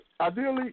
ideally